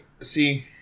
see